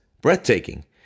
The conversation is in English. breathtaking